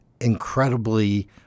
incredibly